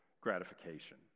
gratification